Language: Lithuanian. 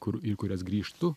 kur į kurias grįžtu